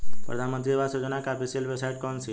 प्रधानमंत्री आवास योजना की ऑफिशियल वेबसाइट कौन सी है?